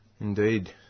Indeed